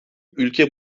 ülke